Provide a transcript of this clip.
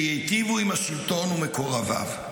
שייטיבו עם השלטון ומקורביו.